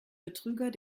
betrüger